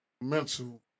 mental